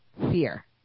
fear